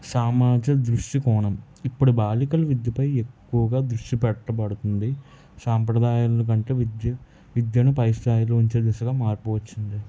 సామాజ దృష్టి కోణం ఇప్పడు బాలికల విద్య పై ఎక్కువగా దృష్టి పెట్టబడుతుంది సాంప్రదాయాలనుకంటే విద్య విద్యను పై స్థాయిలో ఉంచే దిశగా మార్పు వచ్చింది